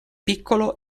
piccolo